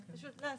כן, פשוט מסגרת.